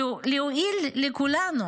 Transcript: להועיל לכולנו.